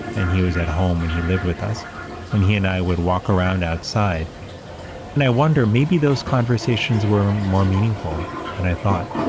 and he was at home when he lived with us when he and i would walk around and i wonder maybe those conversations were more meaningful than i thought.